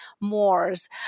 Moors